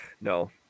No